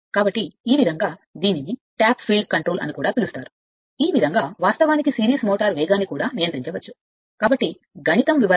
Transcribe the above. కాబట్టి ఈ విధంగా దీనిని ట్యాప్డ్ ఫీల్డ్ కంట్రోల్ అని కూడా పిలుస్తారు ఈ విధంగా వాస్తవానికి సిరీస్ మోటారు వేగాన్ని నియంత్రించే వాస్తవానికి పిలవబడే వాటిని కూడా నియంత్రించవచ్చు